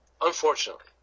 Unfortunately